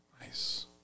Nice